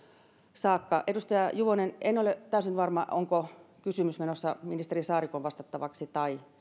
saakka edustaja juvonen en ole täysin varma onko kysymys menossa ministeri saarikon vastattavaksi vai